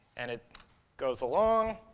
and it goes along,